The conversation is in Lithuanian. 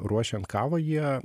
ruošiant kavą jie